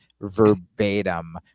verbatim